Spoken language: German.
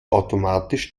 automatisch